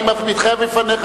אני מתחייב בפניך,